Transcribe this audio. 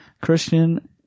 Christian